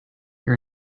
your